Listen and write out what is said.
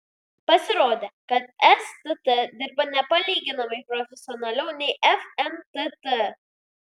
pasirodė kad stt dirba nepalyginamai profesionaliau nei fntt